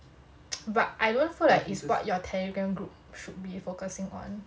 but I don't feel like it's what your telegram group should be focusing on